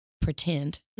pretend